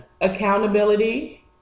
Accountability